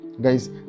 Guys